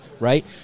right